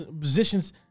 positions